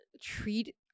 treat